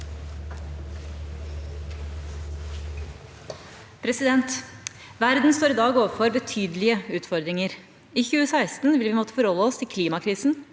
Verden står i dag overfor betydelige utfordringer. I 2016 vil vi måtte forholde oss til klimakrisen,